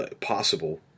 possible